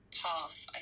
path